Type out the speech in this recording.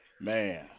man